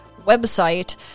website